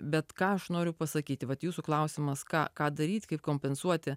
bet ką aš noriu pasakyti vat jūsų klausimas ką ką daryt kaip kompensuoti